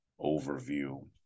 overview